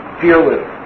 fearless